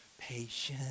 patience